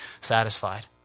satisfied